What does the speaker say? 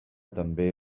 també